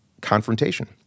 confrontation